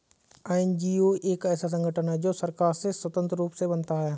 NGO एक ऐसा संगठन है जो सरकार से स्वतंत्र रूप से बनता है